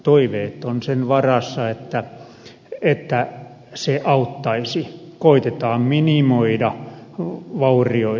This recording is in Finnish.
toiveet ovat sen varassa että se auttaisi koetetaan minimoida vaurioita